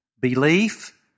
Belief